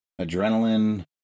Adrenaline